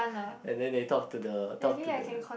and then they talk to the talk to the